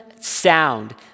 sound